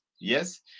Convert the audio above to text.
Yes